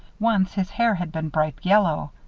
once his hair had been bright yellow.